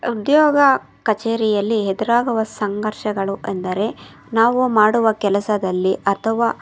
ಉದ್ಯೋಗ ಕಚೇರಿಯಲ್ಲಿ ಎದುರಾಗುವ ಸಂಘರ್ಷಗಳು ಅಂದರೆ ನಾವು ಮಾಡುವ ಕೆಲಸದಲ್ಲಿ ಅಥವ